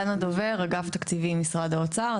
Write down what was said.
דנה דובר, אגף תקציבים משרד האוצר.